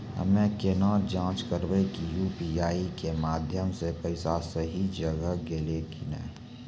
हम्मय केना जाँच करबै की यु.पी.आई के माध्यम से पैसा सही जगह गेलै की नैय?